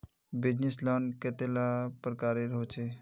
Business loan कतेला प्रकारेर होचे?